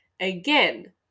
Again